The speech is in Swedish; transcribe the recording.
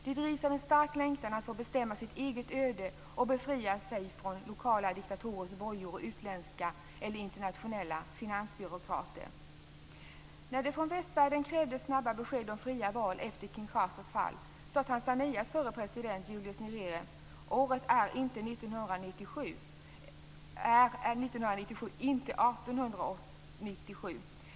De drivs av en stark längan att få bestämma sitt eget öde och befria sig från lokala diktatorers bojor och utländska eller internationella finansbyråkrater. När det från västvärlden krävdes snabba beslut om fria val efter Kinshasas fall, sade Tanzanias förre president Julius Nyerere: Året är 1997 - inte 1897.